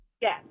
Yes